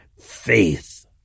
faith